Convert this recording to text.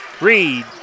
Reed